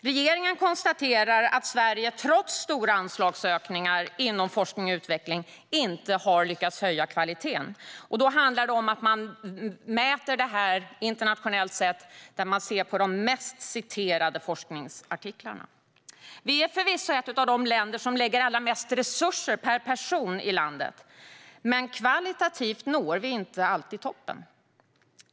Regeringen konstaterar att Sverige trots stora anslagsökningar inom forskning och utveckling inte har lyckats höja kvaliteten. Detta mäter man internationellt sett genom att titta på de mest citerade forskningsartiklarna. Vi är förvisso ett av de länder som lägger allra mest resurser per person, men kvalitativt når vi inte alltid toppen.